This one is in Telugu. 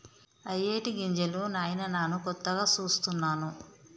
ఇయ్యేటి గింజలు నాయిన నాను కొత్తగా సూస్తున్నాను